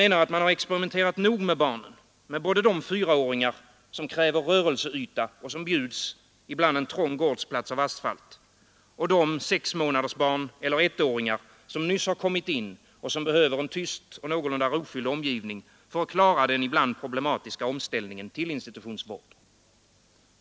Man har experimenterat nog med barnen, med både de fyraåringar som kräver rörelseyta och som ibland bjuds en trång gårdsplats av asfalt och de sexmånadersbarn eller ettåringar som nyss kommit in och som behöver en tyst och någorlunda rofylld omgivning för att klara den ibland problematiska omställningen till institutionsvård.